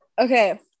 Okay